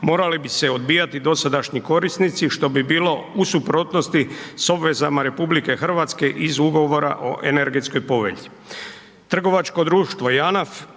morali bi se odbijati dosadašnji korisnici, što bi bilo u suprotnosti s obvezama RH iz Ugovora o energetskoj povelji.